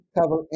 cover